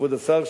כבוד השר,